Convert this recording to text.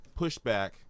pushback